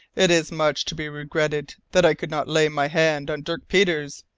it is much to be regretted that i could not lay my hand on dirk peters!